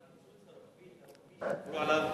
הקיצוץ הרוחבי, עליו לאחרונה,